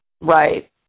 Right